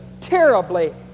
terribly